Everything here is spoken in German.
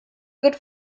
wird